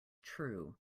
true